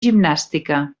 gimnàstica